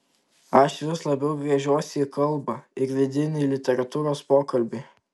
aš vis labiau gręžiuosi į kalbą ir vidinį literatūros pokalbį